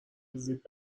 زیپ